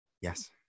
yes